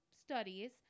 studies